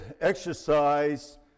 exercise